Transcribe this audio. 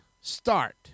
start